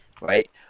right